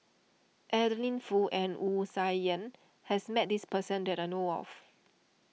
Adeline Foo and Wu Tsai Yen has met this person that I know of